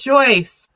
Joyce